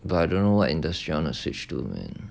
but I don't know what industry I want to switch to man